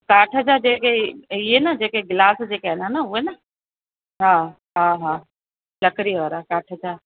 काठ जा जेके इहे न जेके गिलास जेके आहिनि उहा न हा हा हा लकड़ी वारा काठ जा